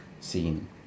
scene